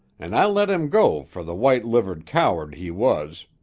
an' i let him go fer the white-livered coward he was,